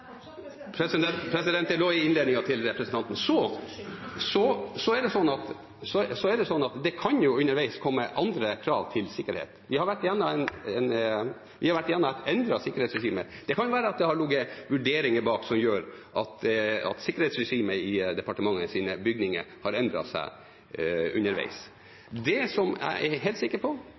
til representanten. Unnskyld, president. Det kan underveis komme andre krav til sikkerhet. Vi har vært gjennom et endret sikkerhetsregime. Det kan være at det har ligget vurderinger bak som gjør at sikkerhetsregimet i departementets bygninger har endret seg underveis. Det jeg er helt sikker på,